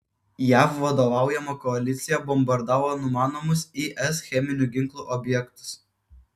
jav vadovaujama koalicija bombardavo numanomus is cheminių ginklų objektus